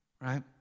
right